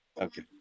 okay